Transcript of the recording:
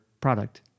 product